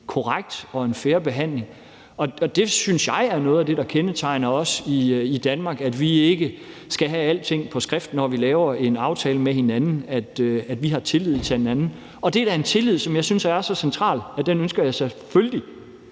korrekt og en fair behandling. Jeg synes, at noget af det, der kendetegner os i Danmark, er, at vi ikke skal have alting på skrift, når vi laver en aftale med hinanden, altså at vi har tillid til hinanden. Og det er da en tillid, som jeg synes er så central, at den ønsker jeg selvfølgelig